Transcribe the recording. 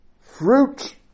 fruit